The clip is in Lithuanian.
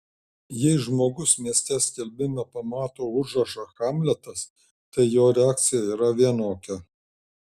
jei žmogus mieste skelbime pamato užrašą hamletas tai jo reakcija yra vienokia